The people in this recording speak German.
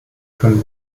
können